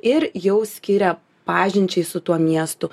ir jau skiria pažinčiai su tuo miestu